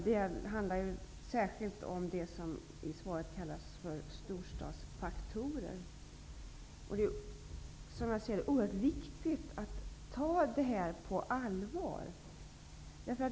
Det handlar särskilt om det som i svaret kallas för storstadsfaktorer. Som jag ser det är det oerhört viktigt att ta dessa faktorer på allvar.